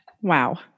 Wow